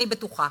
אני בטוחה.